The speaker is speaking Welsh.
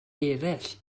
eraill